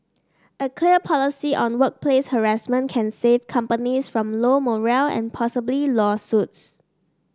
a clear policy on workplace harassment can save companies from low morale and possibly lawsuits